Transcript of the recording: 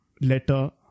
letter